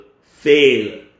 fail